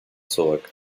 zurück